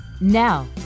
Now